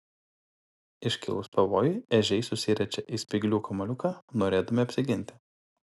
iškilus pavojui ežiai susiriečia į spyglių kamuoliuką norėdami apsiginti